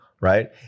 Right